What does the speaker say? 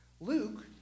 Luke